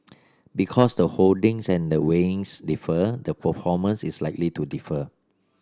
because the holdings and the weightings differ the performance is likely to differ